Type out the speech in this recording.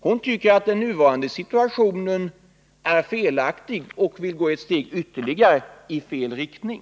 Hon tycker att detta är felaktigt och vill gå ett steg ytterligare — i fel riktning.